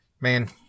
Man